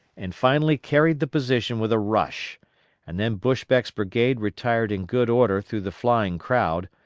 and finally carried the position with a rush and then buschbeck's brigade retired in good order through the flying crowd,